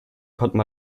könnten